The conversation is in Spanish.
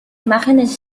imágenes